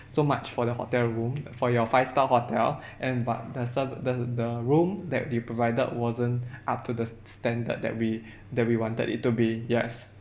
so much for the hotel room for your five star hotel and but the ser~ the the room that they provided wasn't up to the st~ standard that we that we wanted it to be yes